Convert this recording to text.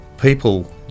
people